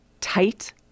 tight